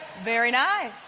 very nice.